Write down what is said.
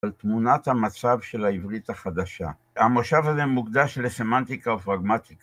על תמונת המצב של העברית החדשה. המושב הזה מוקדש לסמנטיקה ופרגמטיקה.